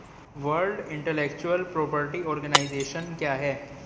World intellectual property organisation क्या है?